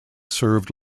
serve